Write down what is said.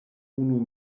unu